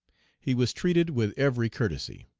he was treated with every courtesy.